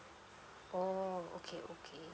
oh okay okay